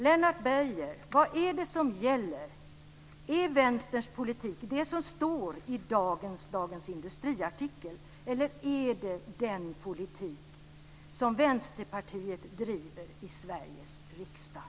Vad är det som gäller, Lennart Beijer? Är Vänsterns politik det som står i artikeln i dagens Dagens Industri eller är det den politik som Vänsterpartiet driver i Sveriges riksdag?